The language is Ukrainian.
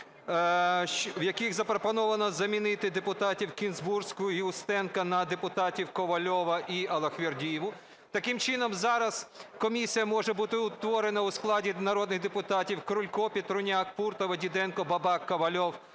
в яких запропоновано замінити депутатів Кінзбурську і Устенка на депутатів Ковальова і Аллахвердієву. Таким чином зараз комісія може бути утворена у складі народних депутатів: Крулько, Петруняк, Пуртова, Діденко, Бабак, Ковальов,